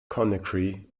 conakry